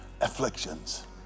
afflictions